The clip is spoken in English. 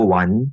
one